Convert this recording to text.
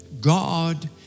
God